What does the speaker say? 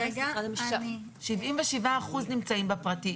77 אחוזים נמצאים בפרטי.